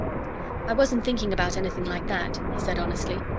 i wasn't thinking about anything like that, he said honestly.